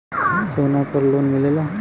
सोना पर लोन मिलेला?